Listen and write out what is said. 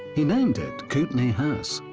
he named it kootenai house.